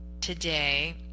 today